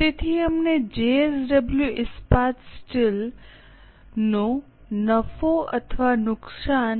તેથી અમને જેએસડબ્લ્યુ ઇસ્પાટ સ્ટીલનો નફો અથવા નુકસાન